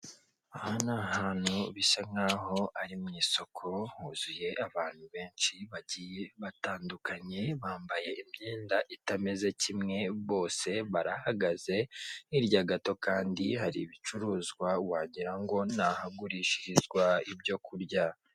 Aha ni ahantu bisa nkaho ari mu isoko, huzuye abantu benshi bagiye batandukanye, bambaye imyenda itameze kimwe bose barahagaze, hirya gato kandi hari ibicuruzwa wagira ngo ni ahagurishirizwa ibyo kurya.